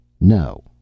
No